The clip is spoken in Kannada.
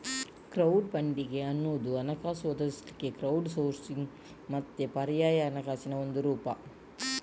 ಕ್ರೌಡ್ ಫಂಡಿಂಗ್ ಅನ್ನುದು ಹಣಕಾಸು ಒದಗಿಸ್ಲಿಕ್ಕೆ ಕ್ರೌಡ್ ಸೋರ್ಸಿಂಗ್ ಮತ್ತೆ ಪರ್ಯಾಯ ಹಣಕಾಸಿನ ಒಂದು ರೂಪ